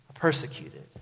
persecuted